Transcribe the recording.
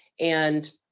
and,